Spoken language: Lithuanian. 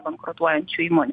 bankrutuojančių įmonių